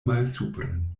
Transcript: malsupren